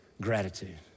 gratitude